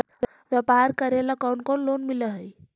व्यापार करेला कौन कौन लोन मिल हइ?